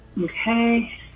Okay